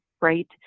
right